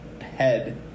head